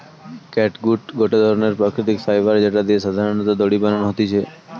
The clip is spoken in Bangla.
ক্যাটগুট গটে ধরণের প্রাকৃতিক ফাইবার যেটা দিয়ে সাধারণত দড়ি বানানো হতিছে